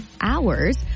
hours